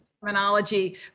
terminology